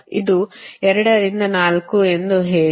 ಇದು 2 ರಿಂದ 4 ಎಂದು ಹೇಳಿ